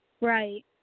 Right